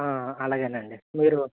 అలాగేనండి మీరు